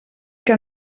que